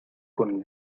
con